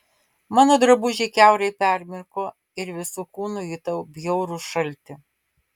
mano drabužiai kiaurai permirko ir visu kūnu jutau bjaurų šaltį